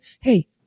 Hey